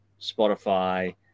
spotify